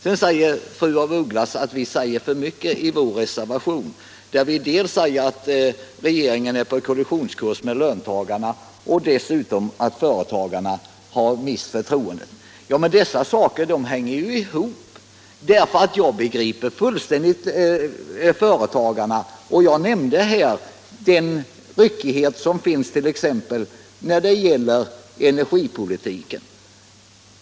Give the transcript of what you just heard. Sedan menar fru af Ugglas att vi säger för mycket i vår reservation, där vi anger dels att regeringen är på kollisionskurs med löntagarna, dels att företagarna har mist förtroendet för regeringen. Ja, men dessa saker hänger ju ihop. Jag begriper fullständigt företagarna, och jag nämnde den här ryckigheten som finns t.ex. när det gäller energipolitiken.